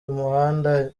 umuhanda